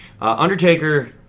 Undertaker